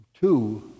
two